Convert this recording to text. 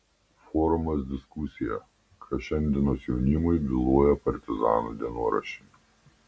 forumas diskusija ką šiandienos jaunimui byloja partizanų dienoraščiai